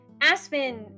Aspen